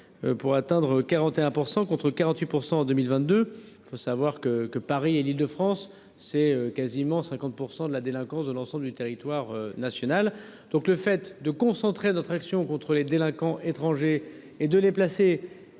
pour atteindre 41 %, contre 48 % en 2022. Je précise que Paris et l’Île de France représentent quasiment 50 % de la délinquance de l’ensemble du territoire national. Le fait de concentrer notre action contre les délinquants étrangers et de les placer